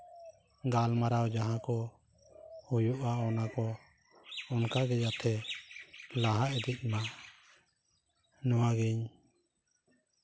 ᱜᱟᱞᱢᱟᱨᱟᱣ ᱡᱟᱦᱟᱸ ᱠᱚ ᱦᱩᱭᱩᱜᱼᱟ ᱚᱱᱟᱠᱚ ᱚᱱᱠᱟᱜᱮ ᱡᱟᱛᱮ ᱞᱟᱦᱟ ᱤᱫᱤᱜ ᱢᱟ ᱱᱚᱣᱟᱜᱤᱧ